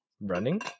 running